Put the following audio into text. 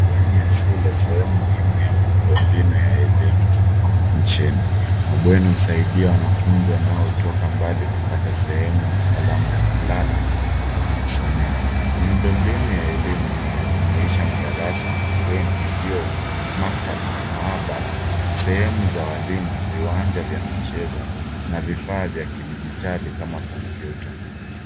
Bweni ya shule, sehemu muhimu ya miundo mbinu ya elimu, nchini. Mabweni husaidia wanafunzi wanaotoka mbali kupata sehemu salama ya kulala na kujisomea. Miundo mbinu ya elimu inajumuisha madarasa, mabweni, vyoo, maktaba, mahabara, sehemu za walimu, viwanja vya michezo na vifaa vya kidijitali kama kompyuta.